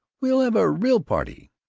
we'll have a real party!